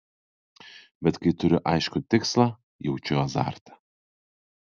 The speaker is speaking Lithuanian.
bet kai turiu aiškų tikslą jaučiu azartą